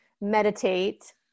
meditate